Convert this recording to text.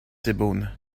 sebaoun